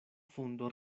fundo